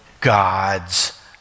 gods